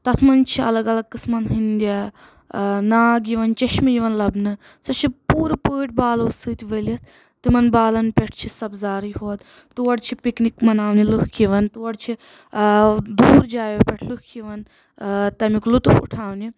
تتھ منٛز چھ الگ الگ قسمن ہِنٛدۍ یہ نٲگ یوان چشمہٕ یوان لبنہٕ سۄ چھِ پوٗرٕ پاٹھۍ بالو سۭتۍ ؤلتھ تِمن بالن پٮ۪ٹھ چھُ سبزارٕے ہوت تور چھِ پکنِک مناونہِ لُکھ یوان تور چھِ دُوٗر جایو پٮ۪ٹھ لُکھ یوان تمیُک لُطف اُٹھاونہِ